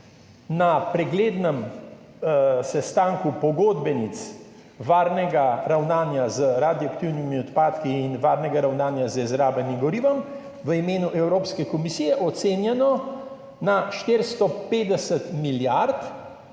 na preglednem sestanku pogodbenic varnega ravnanja z radioaktivnimi odpadki in varnega ravnanja z izrabljenim gorivom v imenu Evropske komisije ocenjeno na 450 milijard